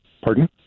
Pardon